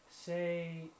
say